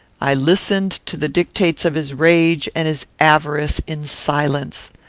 i listened to the dictates of his rage and his avarice in silence.